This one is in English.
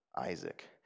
Isaac